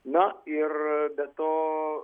na ir be to